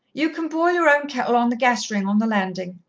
you can boil your own kettle on the gas-ring on the landing,